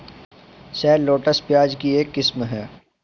shallots, प्याज की एक किस्म है